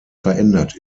verändert